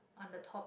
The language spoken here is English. on the top